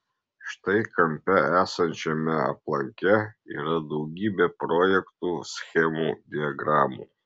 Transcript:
štai kampe esančiame aplanke yra daugybė projektų schemų diagramų